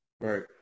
right